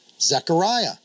Zechariah